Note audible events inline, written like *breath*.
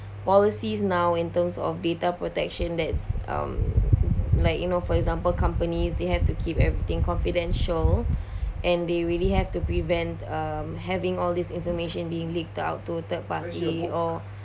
policies now in terms of data protection that's um like you know for example companies you have to keep everything confidential *breath* and they really have to prevent um having all this information being leaked out to third party or